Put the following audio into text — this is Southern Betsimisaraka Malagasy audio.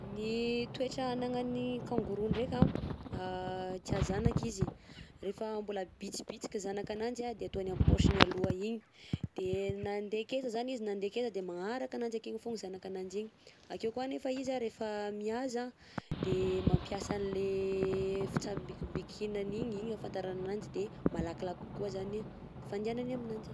Ny toetra anagnan'ny kangourou ndreka an, tià zanaka izy rehefa mbola bitibitika zanak'ananjy de ataony amin'ny pocheny aloha igny, de na andeha akeza zany izy na andeha akeza de magnaraka agnanjy akegny fogna zanak'agnanjy igny, de akeo koà nefa izy rehefa mihaza de mampiasa an'le fitsambikimbikinany igny igny afantarana agnanjy de malakilaky kokoa zany a fandihanany aminanjy.